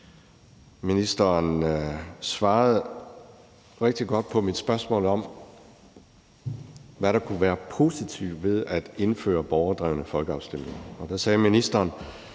Ministeren svarede rigtig godt på mit spørgsmål om, hvad der kunne være positivt ved at indføre borgerdrevne folkeafstemninger. Der sagde ministeren